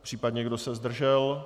Případně kdo se zdržel?